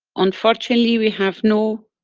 unfortunately, we have no.